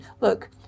look